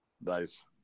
Nice